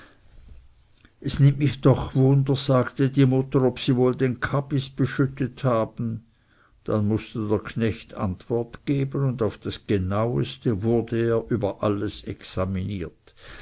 es nimmt mich doch wunder sagte die mutter ob sie wohl den kabis beschüttet haben dann mußte der knecht antwort geben und auf das genaueste wurde er über alles examiniert